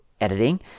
editing